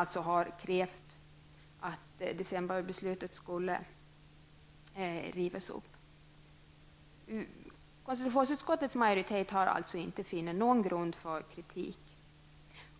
I motionerna krävde man att decemberbeslutet skulle rivas upp. Enligt KUs majoritet finns ingen grund för kritik.